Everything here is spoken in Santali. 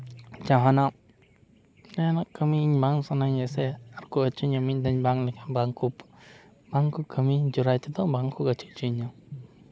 ᱡᱟᱦᱟᱱᱟᱜ ᱡᱟᱦᱟᱱᱟᱜ ᱠᱟᱢᱤ ᱵᱟᱝ ᱥᱟᱱᱟᱧᱟ ᱥᱮ ᱟᱨ ᱠᱚ ᱟᱹᱪᱩᱧᱟ ᱢᱤᱫ ᱫᱷᱟᱧ ᱵᱟᱝ ᱞᱮᱠᱷᱟᱱ ᱵᱟᱝ ᱠᱚ ᱵᱟᱝ ᱠᱚ ᱠᱟᱹᱢᱤ ᱡᱳᱨᱟᱭ ᱛᱮᱫᱚ ᱵᱟᱝ ᱠᱚ ᱟᱹᱪᱩ ᱦᱚᱪᱚᱧᱟ